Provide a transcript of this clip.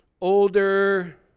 older